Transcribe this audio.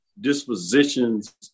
dispositions